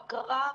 בקרה,